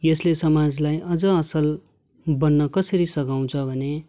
यसले समाजलाई अझ असल बन्न कसरी सघाउँछ भने